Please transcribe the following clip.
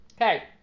okay